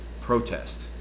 protest